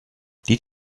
did